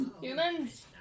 Humans